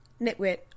Nitwit